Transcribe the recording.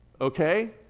Okay